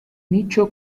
nicho